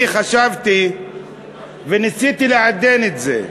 אני חשבתי וניסיתי לעדן את זה.